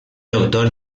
doctor